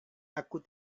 aku